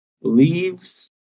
leaves